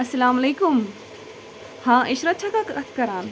اَسَلامُ علَیکُم ہاں اِشرَت چھَکھا کَتھ کران